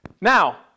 Now